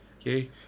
Okay